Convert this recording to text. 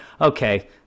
okay